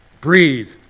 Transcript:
Breathe